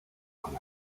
con